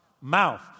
mouth